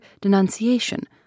denunciation